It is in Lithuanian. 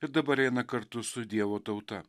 ir dabar eina kartu su dievo tauta